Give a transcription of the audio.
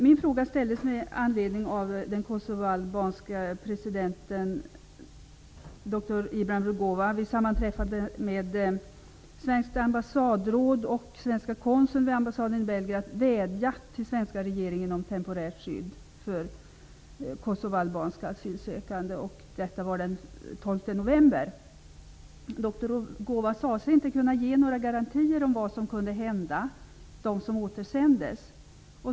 Min fråga ställdes med anledning av att den kosovoalbanska presidenten dr Ibrahim Rugova vid sammanträffande med svenskt ambassadråd och svenska konsuln vid ambassaden i Belgrad vädjat till svenska regeringen om temporärt skydd för kosovoalbanska asylsökande. Det var den 12 Doktor Rugova sade sig inte kunna ge några garantier för vad som kunde hända dem som återsändes.